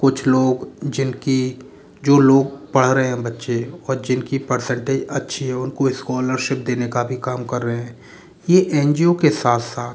कुछ लोग जिनकी जो लोग पढ़ रहे हैं बच्चे और जिनकी परसेंटेज अच्छी है उनको स्कॉलरशिप देने का भी काम कर रहे हैं यह एन जी ओ के साथ साथ